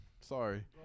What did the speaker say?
Sorry